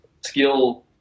skill